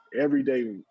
everyday